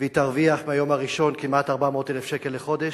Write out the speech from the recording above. והיא תרוויח ביום הראשון כמעט 400,000 שקל לחודש.